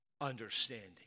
understanding